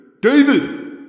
David